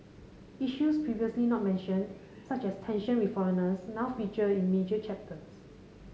issues previously not mentioned such as tension with foreigners now feature in major chapters